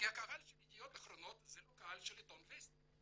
כי הקהל של ידיעות אחרונות זה לא קהל של עיתון וסטי.